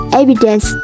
evidence